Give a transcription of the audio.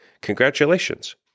congratulations